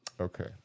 Okay